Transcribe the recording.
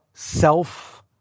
Self